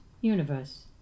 universe